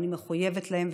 אני מחויבת להם,